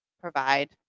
provide